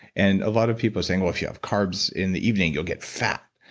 and a lot of people saying, well, if you have carbs in the evening, you'll get fat,